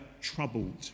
troubled